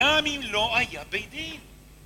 גם אם לא היה ביתי